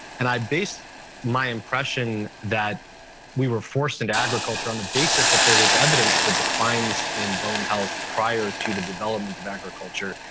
and i based my impression that we were forced into agriculture on the basis that there was evidence for declines in bone health prior to the development of agriculture.